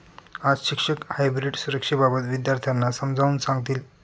आज शिक्षक हायब्रीड सुरक्षेबाबत विद्यार्थ्यांना समजावून सांगतील